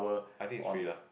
I think it's free lah